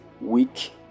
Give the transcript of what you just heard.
week